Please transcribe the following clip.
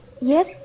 Yes